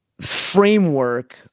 framework